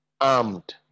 armed